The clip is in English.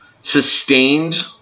sustained